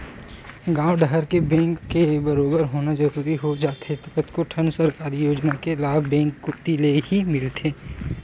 गॉंव डहर के बेंक के बरोबर होना जरूरी हो जाथे कतको ठन सरकारी योजना के लाभ बेंक कोती लेही मिलथे